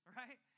right